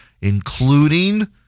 including